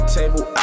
Table